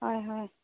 হয় হয়